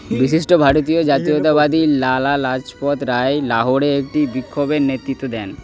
বিশিষ্ট ভারতীয় জাতীয়তাবাদী লালা লাজপত রায় লাহোরে একটি বিক্ষোভের নেতৃত্ব দেন